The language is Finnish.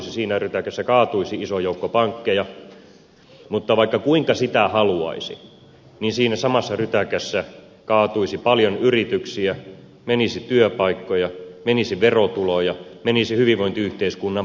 siinä rytäkässä kaatuisi iso joukko pankkeja mutta vaikka kuinka sitä haluaisi siinä samassa rytäkässä kaatuisi paljon yrityksiä menisi työpaikkoja menisi verotuloja menisi hyvinvointiyhteiskunnan pohja pois